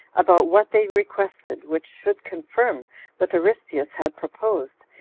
about what they requested, which should confirm what aristeus had proposed,